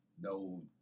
no